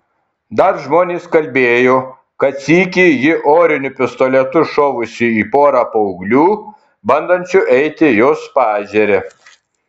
dar žmonės kalbėjo kad sykį ji oriniu pistoletu šovusi į porą paauglių bandančių eiti jos paežere